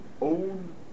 own